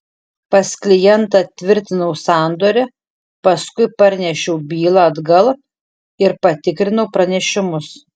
pas klientą tvirtinau sandorį paskui parnešiau bylą atgal ir patikrinau pranešimus